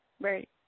Right